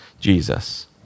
Jesus